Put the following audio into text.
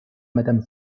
madame